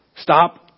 stop